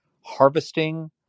harvesting